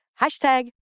Hashtag